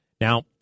Now